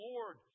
Lord